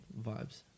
Vibes